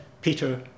Peter